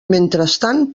mentrestant